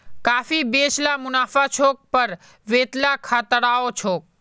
काफी बेच ल मुनाफा छोक पर वतेला खतराओ छोक